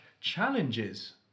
challenges